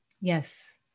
Yes